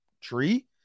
tree